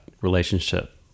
relationship